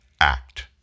act